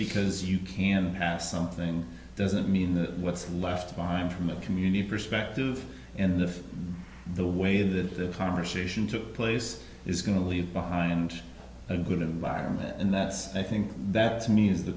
because you can pass something doesn't mean the what's left behind from the community perspective in the the way that the conversation took place is going to leave behind a good environment and that's i think that to me is the